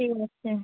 এই হচ্ছে